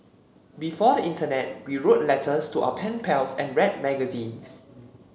before the internet we wrote letters to our pen pals and read magazines